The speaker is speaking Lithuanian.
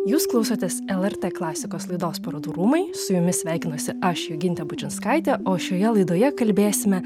jūs klausotės lrt klasikos laidos parodų rūmai su jumis sveikinuosi aš jogintė bučinskaitė o šioje laidoje kalbėsime